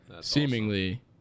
seemingly